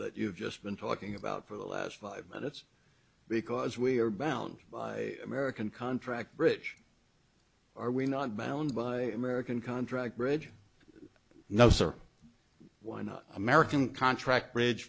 that you've just been talking about for the last five minutes because we are bound american contract bridge are we not bound by american contract bridge no sir why not american contract ridge